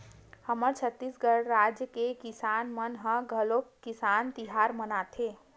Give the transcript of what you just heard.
हमर छत्तीसगढ़ राज के किसान मन ह घलोक किसान तिहार मनाथे